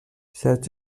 certs